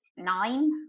nine